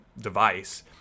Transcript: device